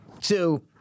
Two